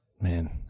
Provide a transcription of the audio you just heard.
man